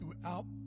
throughout